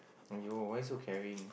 !aiyo! why so caring